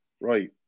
right